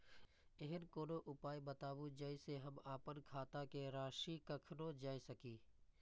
ऐहन कोनो उपाय बताबु जै से हम आपन खाता के राशी कखनो जै सकी?